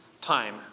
time